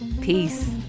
Peace